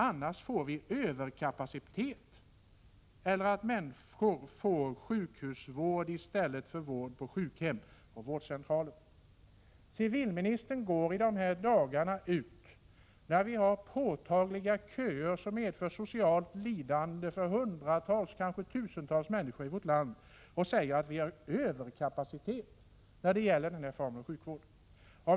Annars får vi överkapacitet eller att människor får sjukhusvård i stället för vård på sjukhem och på vårdcentral.” I dessa dagar — när vi har påtagliga köer som medför socialt lidande för hundratals och kanske tusentals människor i vårt land — går civilministern ut och säger att vi har en överkapacitet beträffande den här formen av sjukvård!